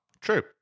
True